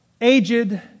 aged